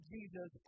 Jesus